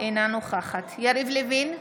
אינה נוכחת יריב לוין,